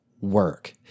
work